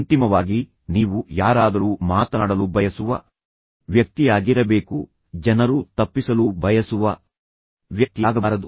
ಅಂತಿಮವಾಗಿ ನೀವು ಯಾರಾದರೂ ಮಾತನಾಡಲು ಬಯಸುವ ವ್ಯಕ್ತಿಯಾಗಿರಬೇಕು ಜನರು ತಪ್ಪಿಸಲು ಬಯಸುವ ವ್ಯಕ್ತಿಯಾಗಬಾರದು